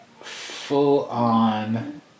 full-on